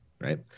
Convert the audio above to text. right